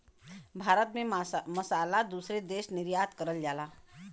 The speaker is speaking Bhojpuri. भारत से मसाला दूसरे देश निर्यात करल जाला